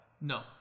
no